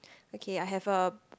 okay I have a